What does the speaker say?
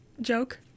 joke